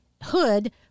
Hood